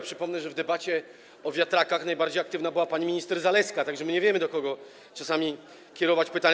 Przypomnę, że w debacie o wiatrakach najbardziej aktywna była pani minister Zalewska, tak że my nie wiemy, do kogo czasami kierować pytania.